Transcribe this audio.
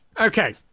Okay